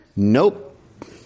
Nope